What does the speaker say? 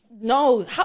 No